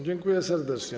Dziękuję serdecznie.